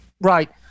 Right